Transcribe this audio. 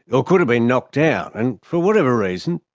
or could have been knocked down, and, for whatever reason,